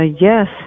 yes